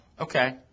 Okay